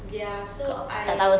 ya so I